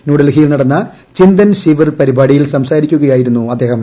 ന്യൂഡൽഹിയിൽ നടന്ന ചിന്തൻ ശിവിർ പരിപാടിയിൽ സംസാരിക്കുകയായിരുന്നു അദ്ദേഹം